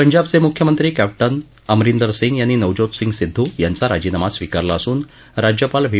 पंजाबचे मुख्यमंत्री कॅप्टन अमरिंदर सिंग यांनी नवज्योत सिंग सिद्धू यांचा राजीनामा स्वीकारला असून राज्यपाल व्ही